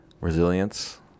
resilience